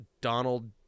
Donald